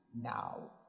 now